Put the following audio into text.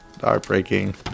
heartbreaking